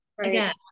again